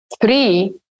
Three